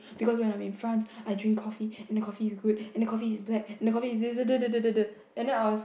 because when I'm in France I drink coffee and the coffee is good and the coffee is black and the coffee is de de de de de and then I was